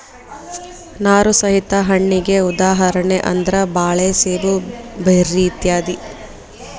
ನಾರು ಸಹಿತ ಹಣ್ಣಿಗೆ ಉದಾಹರಣೆ ಅಂದ್ರ ಬಾಳೆ ಸೇಬು ಬೆರ್ರಿ ಇತ್ಯಾದಿ